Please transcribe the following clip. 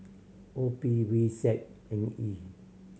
O P V Z N E